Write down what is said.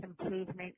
improvement